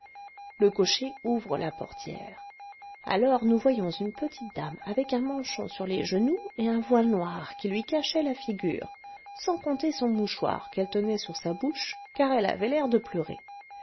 le cocher ouvre la portière alors nous voyons une petite dame avec un manchon sur les genoux et un voile noir qui lui cachait la figure sans compter son mouchoir qu'elle tenait sur sa bouche car elle avait l'air de pleurer